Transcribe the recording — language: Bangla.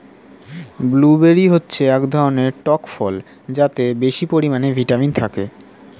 ব্লুবেরি হচ্ছে এক ধরনের টক ফল যাতে বেশি পরিমাণে ভিটামিন থাকে